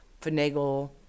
finagle